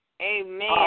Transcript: Amen